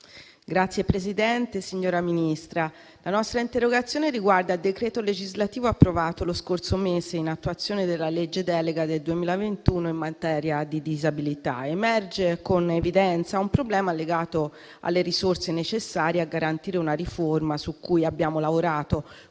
Signora Presidente, signora Ministra, l'interrogazione presentata riguarda il decreto legislativo approvato lo scorso mese in attuazione della legge delega del 2021 in materia di disabilità. Emerge con evidenza un problema legato alle risorse necessarie a garantire una riforma, su cui abbiamo lavorato